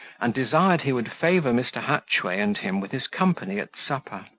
and desired he would favour mr. hatchway and him with his company at supper.